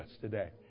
today